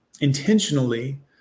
intentionally